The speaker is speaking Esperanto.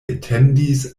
etendis